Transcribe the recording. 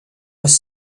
was